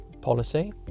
policy